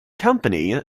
company